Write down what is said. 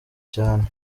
cyane